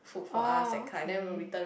oh okay